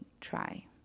try